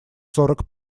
сорок